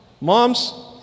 Moms